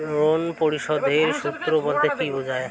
Loan পরিশোধের সূএ বলতে কি বোঝায়?